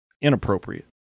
inappropriate